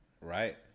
right